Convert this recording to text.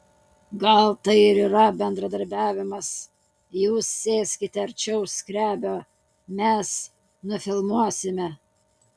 gal tai ir yra bendradarbiavimas jūs sėskite arčiau skrebio mes nufilmuosime